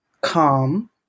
calm